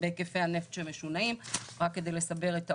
בהיקפי הנפט שמשונעים, רק כדי לסבר את האוזן,